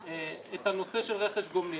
הנושא של רכש גומלין.